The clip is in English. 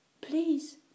Please